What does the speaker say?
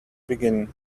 begin